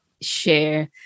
share